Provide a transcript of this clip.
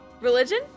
Religion